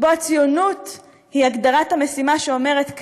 שבו הציונות היא הגדרת המשימה שאומרת כך: